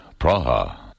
Praha